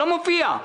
לא מופיע.